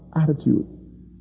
attitude